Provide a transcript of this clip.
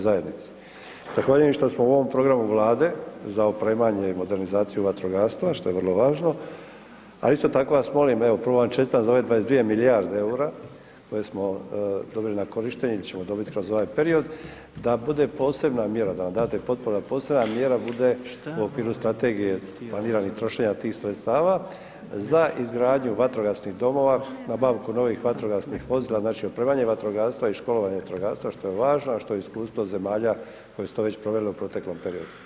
Zahvaljujem što smo u ovom programu Vlade za opremanje i modernizaciju vatrogastva što je vrlo važno a isto tako vas molim, evo prvo van čestitam za ove 22 milijarde eura koje smo dobili na korištenje ili ćemo dobiti kroz ovaj period, da bude posebna mjera, da nam date potporu da posebna mjera bude u okviru strategije planiranih trošenja tih sredstava za izgradnju vatrogasnih domova, nabavku novih vatrogasnih vozila, znači opremanje vatrogastva i školovanje vatrogastva što je važno a što je iskustvo zemalja koje su to već provele u proteklom periodu.